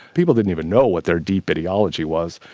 people didn't even know what their deep ideology was,